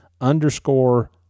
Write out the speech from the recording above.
underscore